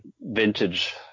vintage